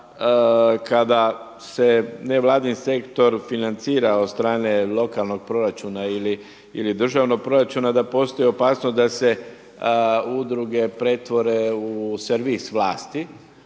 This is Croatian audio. kada se nevladin sektor financira od strane lokalnog proračuna ili državnog proračuna da postoji opasnost da se udruge pretvore u servis vlasti,